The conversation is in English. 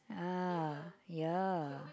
ah yeah